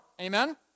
amen